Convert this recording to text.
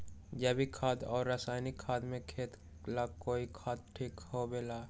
जैविक खाद और रासायनिक खाद में खेत ला कौन खाद ठीक होवैछे?